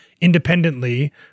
independently